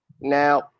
Now